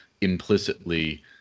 implicitly